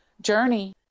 journey